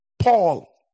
Paul